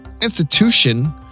institution